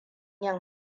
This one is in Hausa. yin